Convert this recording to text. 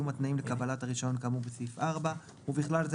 בתנאים לקבלת הרישיון כאמור בסעיף 4 ובכלל זה,